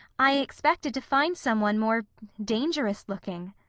i expected to find some one more dangerous-looking.